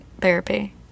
therapy